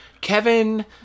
kevin